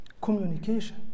Communication